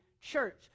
church